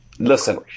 Listen